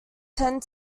tend